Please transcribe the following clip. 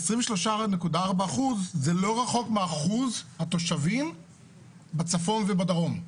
23.4% זה לא רחוק מאחוז התושבים בצפון ובדרום,